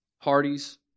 Parties